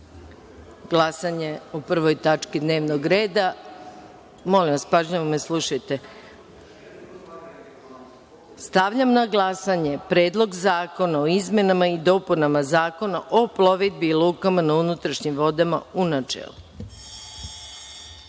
glasanje o prvoj tački dnevnog reda, molim vas, pažljivo me slušajte, stavljam na glasanje Predlog zakona o izmenama i dopunama Zakona o plovidbi i lukama na unutrašnjim vodama, u načelu. Molim